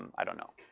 i don't know.